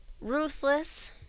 ruthless